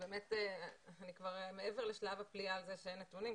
אני כבר מעבר לשלב הפליאה על זה שאין נתונים,